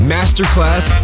Masterclass